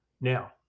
Now